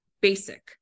basic